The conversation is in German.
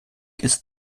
ist